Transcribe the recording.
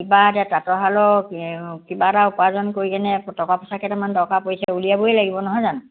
কিবা এটা তাঁতৰশালৰ কিবা এটা উপাৰ্জন কৰি কেনে টকা পইচা কেইটামান দৰকাৰ পৰিছে উলিয়াবই লাগিব নহয় জানো